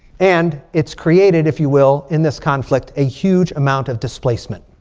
and it's created, if you will, in this conflict, a huge amount of displacement.